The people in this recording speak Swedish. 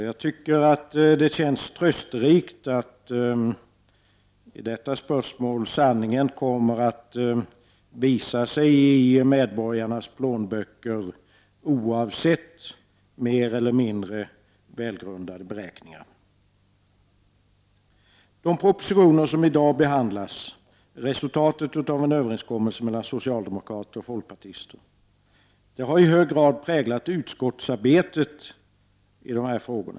Jag tycker att 79 det känns trösterikt att i detta spörsmål sanningen kommer att visa sig i medborgarnas plånböcker, oavsett mer eller mindre välgrundade beräkningar. De propositioner som i dag behandlas är resultatet av en överenskommelse mellan socialdemokraterna och folkpartiet. Det har i hög grad präglat utskottsarbetet i dessa frågor.